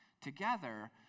Together